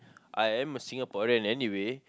I am a Singaporean anyway